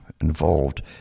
Involved